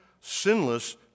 sinless